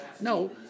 No